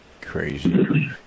Crazy